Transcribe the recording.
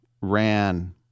ran